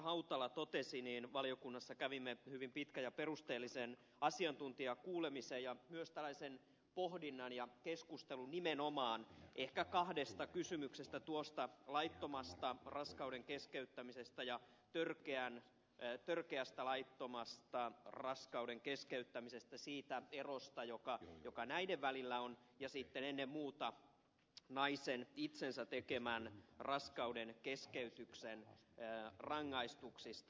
hautala totesi valiokunnassa kävimme hyvin pitkän ja perusteellisen asiantuntijakuulemisen ja myös tällaisen pohdinnan ja keskustelun nimenomaan ehkä kahdesta kysymyksestä tuosta laittomasta raskauden keskeyttämisestä ja törkeästä laittomasta raskauden keskeyttämisestä siitä erosta joka näiden välillä on ja sitten ennen muuta naisen itsensä tekemän raskauden keskeytyksen rangaistuksista